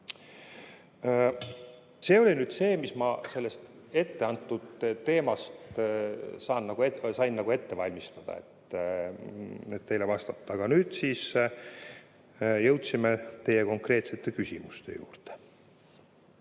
See oli nüüd see, mis ma selle etteantud teema kohta sain nagu ette valmistada, et teile vastata. Aga nüüd siis jõudsime teie konkreetsete küsimuste juurde.